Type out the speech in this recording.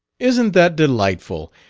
isn't that delightful!